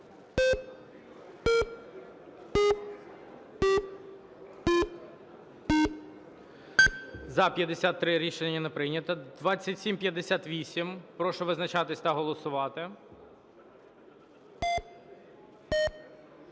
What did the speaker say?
За-53 Рішення не прийнято. 2758. Прошу визначатись та голосувати.